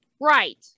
Right